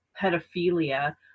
pedophilia